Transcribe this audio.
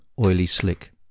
oily-slick